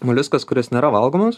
moliuskas kuris nėra valgomas